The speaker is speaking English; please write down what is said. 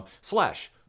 slash